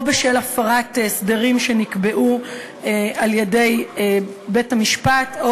אם בשל הפרת סדרים שנקבעו על-ידי בית-המשפט,